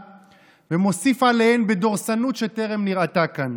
ומוסיף עליהן בדורסנות שטרם נראתה כאן.